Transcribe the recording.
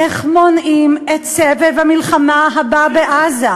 איך מונעים את סבב המלחמה הבא בעזה?